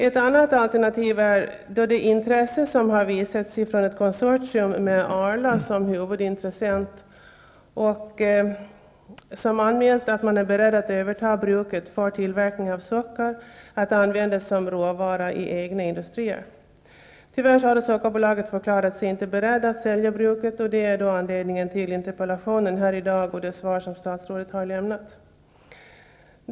Ett annat alternativ är då det intresse som har visats från ett konsortium med Arla som huvudintressent och som har anmält att man är beredd att överta bruket för tillverkning av socker att användas som råvara i egna industrier. Tyvärr har Sockerbolaget förklarat sig inte vara berett att sälja bruket, och detta är anledningen till interpellationen och det svar som statsrådet har lämnat här i dag.